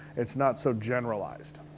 it's not so generalized.